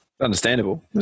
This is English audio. Understandable